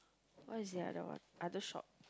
what is it ah that one other shop